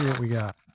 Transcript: we got.